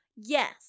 Yes